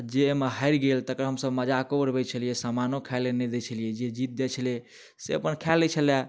आओर जे एहिमे हारि गेल तकरा हमसब मजाको उड़बै छलिए सामानो खाइलए नहि दै छलिए जे जीत जाइ छलै से अपन खा लै छलै